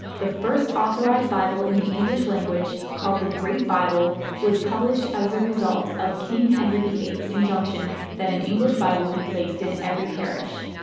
the first authorized bible in the english language, called the great bible, was published as the result of king henry viii's injunction that an english bible be placed in every parish.